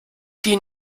die